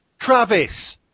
Travis